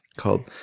called